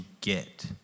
get